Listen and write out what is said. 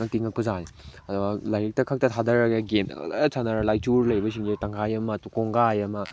ꯉꯛꯇꯤ ꯉꯛꯄꯖꯥꯠꯅꯤ ꯑꯗꯨꯒ ꯂꯥꯏꯔꯤꯛꯇ ꯈꯛꯇ ꯊꯥꯗꯔꯒ ꯒꯦꯝꯗ ꯈꯛꯇ ꯁꯥꯟꯅꯔꯒ ꯂꯥꯏꯆꯨꯔꯒ ꯂꯩꯕꯁꯤꯡꯁꯦ ꯇꯪꯈꯥꯏ ꯑꯃ ꯀꯣꯡꯒꯥꯏ ꯑꯃ